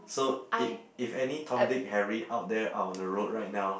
so i~ if any Tom Dick Harry out there out on the road right now